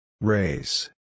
Race